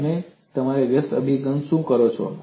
તો તમે વ્યસ્ત અભિગમમાં શું કરો છો